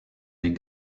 les